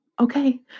Okay